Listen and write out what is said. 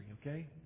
okay